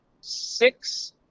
six